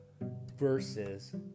versus